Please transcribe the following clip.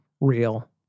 real